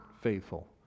faithful